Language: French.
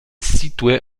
située